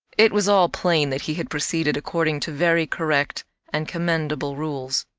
it was all plain that he had proceeded according to very correct and commendable rules.